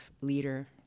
leader